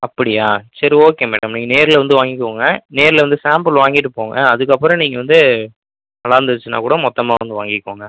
அப்படியா சரி okay madam நீங்கள் நேரில் வந்து வாங்கிக்கோங்க நேரில் வந்து சாம்ப்பிள் வாங்கிட்டு போங்க அதுக்கப்புறம் நீங்கள் வந்து நல்லா இருந்துச்சுனால் கூட மொத்தமாக வந்து வாங்கிக்கோங்க